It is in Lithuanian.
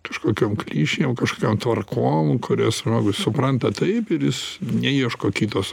kažkokiom klišėm kažkokiom tvarkom kurias žmogus supranta taip ir jis neieško kitos